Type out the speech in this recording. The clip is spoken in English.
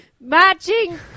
Matching